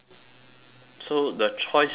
so the choice should be